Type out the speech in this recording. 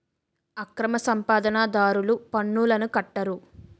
అక్రమ సంపాదన దారులు పన్నులను కట్టరు